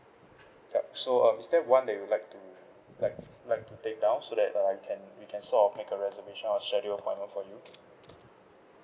yup so um is there one you'd like to like like to take down so that uh I can we can sort of make a reservation or schedule appointment for you